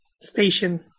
station